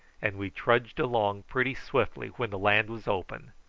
and we trudged along pretty swiftly when the land was open,